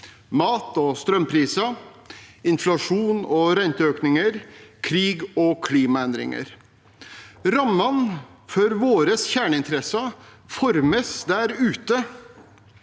mat- og strømpriser, inflasjon og renteøkninger, krig og klimaendringer. Rammene for våre kjerneinteresser formes der ute,